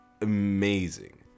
amazing